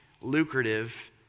lucrative